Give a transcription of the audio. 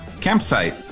Campsite